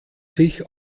sich